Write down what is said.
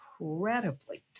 incredibly